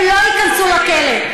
שהם לא ייכנסו לכלא.